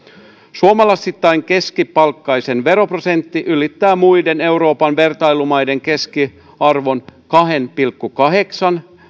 suomalaisittain keskipalkkaisen veroprosentti ylittää muiden euroopan vertailumaiden keskiarvon kahdella pilkku kahdeksalla